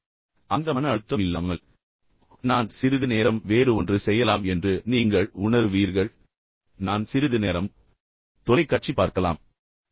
எனவே அந்த மன அழுத்தம் இல்லாமல் ஓ நான் சிறிது நேரம் திசைதிருப்பலாம் என்று நீங்கள் உணருவீர்கள் நான் சிறிது நேரம் தொலைக்காட்சி பார்க்க முடியும்